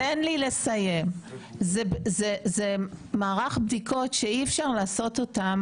זה מערך בדיקות שאי אפשר לעשות אותם